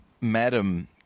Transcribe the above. Madam